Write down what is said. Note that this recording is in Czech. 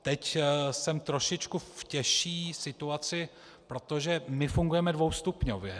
Teď jsem v trošičku těžší situaci, protože my fungujeme dvoustupňově.